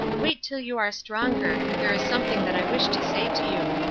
wait till you are stronger. there is something that i wish to say to you.